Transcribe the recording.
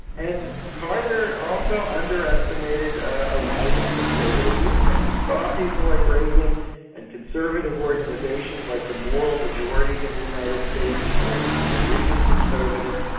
and carter also underestimated a rising conservative movement. he saw people like reagan and conservative organisations like the moral majority in the united states, which were religious conservatives,